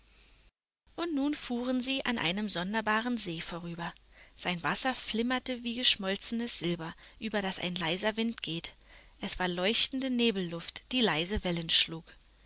und nun fuhren sie an einem sonderbaren see vorüber sein wasser flimmerte wie geschmolzenes silber über das ein leiser wind geht es war leuchtende nebelluft die leise wellen schlug